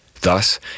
Thus